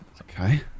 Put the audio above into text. Okay